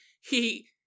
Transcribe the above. he-